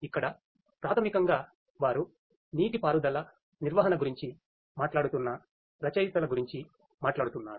ఇక్కడ ప్రాథమికంగా వారు నీటిపారుదల నిర్వహణ గురించి మాట్లాడుతున్న రచయితల గురించి మాట్లాడుతున్నారు